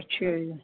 ਅੱਛਾ ਜੀ